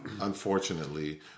Unfortunately